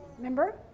Remember